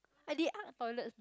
at the arc toilet